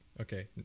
Okay